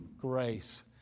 grace